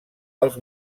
als